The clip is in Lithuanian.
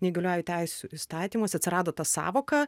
neįgaliųjų teisių įstatymuose atsirado ta sąvoka